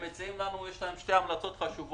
הם מציעים לנו שתי המלצות חשובות,